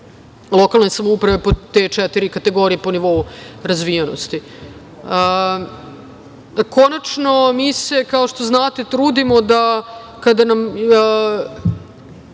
lokalne samouprave pod te četiri kategorije, po nivou razvijenosti. Konačno, mi se, kao što znate, trudimo da kada nam